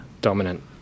dominant